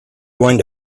going